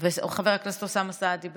חבר הכנסת אוסאמה סעדי,